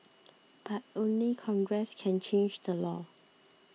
but only congress can change the law